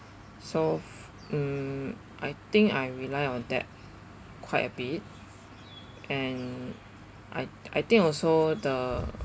so mm I think I rely on that quite a bit and I I think also the